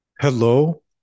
Hello